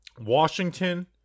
Washington